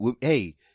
hey